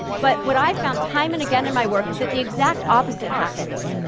but what i found time and again in my work is that the exact opposite happens.